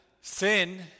sin